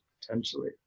potentially